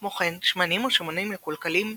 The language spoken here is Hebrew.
כמו כן שמנים או שומנים מקולקלים,